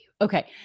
Okay